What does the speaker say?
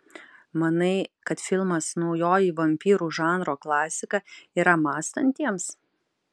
manai kad filmas naujoji vampyrų žanro klasika yra mąstantiems